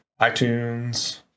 iTunes